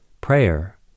Prayer